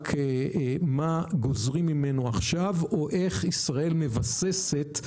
כמה גוזרים ממנו עכשיו או איך ישראל מבססת.